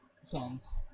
songs